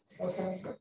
Okay